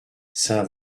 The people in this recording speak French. saint